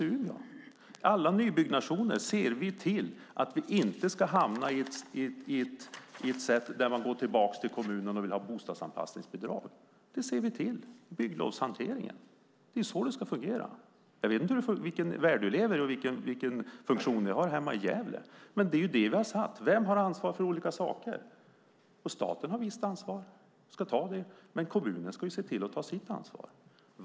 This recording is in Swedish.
För alla nybyggnationer ser vi till att situationen inte ska uppstå att man måste gå tillbaka till kommunen för att få bostadsanpassningsbidrag. Det ser vi till i bygglovshanteringen. Det är så det ska fungera. Jag vet inte i vilken värld du lever i och vilken funktion du har hemma i Gävle. Vem har ansvar för olika saker? Staten har ett visst ansvar och ska ta det ansvaret, men kommunen ska se till att ta sitt ansvar.